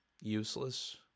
useless